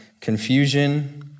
confusion